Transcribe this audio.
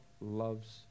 loves